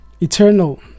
Eternal